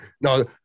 No